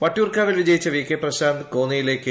വട്ടിയൂർക്കാവിൽ വിജയിച്ച V K Prashanth കോന്നിയിലെ കെ